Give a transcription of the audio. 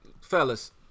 fellas